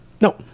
No